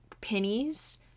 pennies